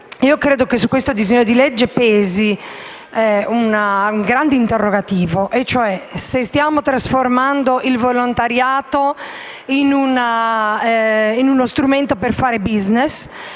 Credo che su questo disegno di legge pesi un grande interrogativo e, cioè, se stiamo trasformando il volontariato in uno strumento per fare *business*,